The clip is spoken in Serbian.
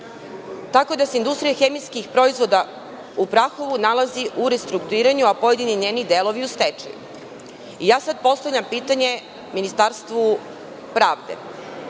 tako da se „Industrija hemijskih proizvoda“ u Prahovu nalazi u restrukturiranju, a pojedini njeni delovi u stečaju. Postavljam pitanje Ministarstvu pravde.